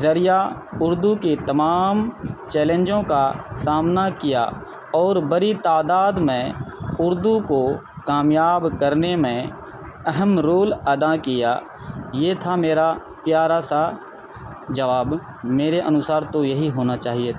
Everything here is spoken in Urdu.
ذریعہ اردو کے تمام چیلینجوں کا سامنا کیا اور بری تعداد میں اردو کو کامیاب کرنے میں اہم رول ادا کیا یہ تھا میرا پیارا سا جواب میرے انوسار تو یہی ہونا چاہیے تھا